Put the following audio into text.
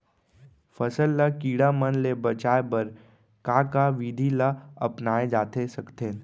फसल ल कीड़ा मन ले बचाये बर का का विधि ल अपनाये जाथे सकथे?